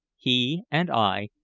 he and i,